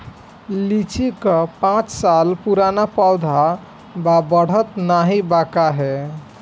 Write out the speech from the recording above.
लीची क पांच साल पुराना पौधा बा बढ़त नाहीं बा काहे?